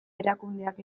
erakundeak